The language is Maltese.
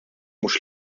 mhux